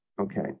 okay